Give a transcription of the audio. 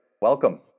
welcome